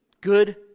Good